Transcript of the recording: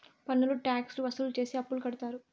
పన్నులు ట్యాక్స్ లు వసూలు చేసి అప్పులు కడతారు